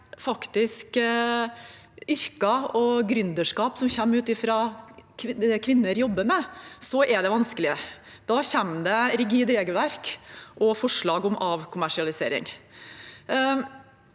med yrker og gründerskap fra et område som kvinner jobber med, er det vanskelig. Da kommer det rigide regelverk og forslag om avkommersialisering.